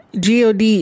god